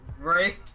right